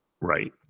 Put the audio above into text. right